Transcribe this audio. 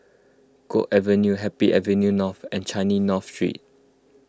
Guok Avenue Happy Avenue North and Changi North Street